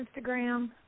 Instagram